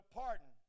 pardon